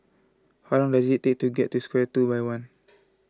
how long does it take to get to Square two by one